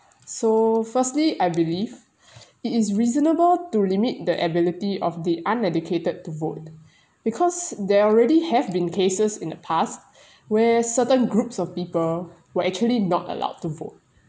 so firstly I believe it is reasonable to limit the ability of the uneducated to vote because there already have been cases in the past where certain groups of people were actually not allowed to vote